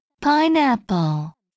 Pineapple